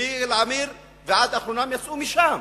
מיגאל עמיר ועד האחרונים, יצאו משם.